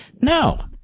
No